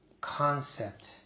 concept